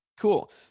Cool